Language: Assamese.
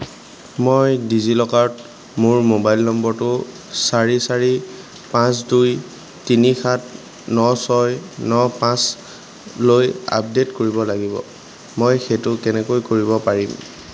মই ডিজিলকাৰত মোৰ মোবাইল নম্বৰটো চাৰি চাৰি পাঁচ দুই তিনি সাত ন ছয় ন পাঁচলৈ আপডেট কৰিব লাগিব মই সেইটো কেনেকৈ কৰিব পাৰিম